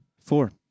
Four